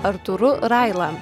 artūru raila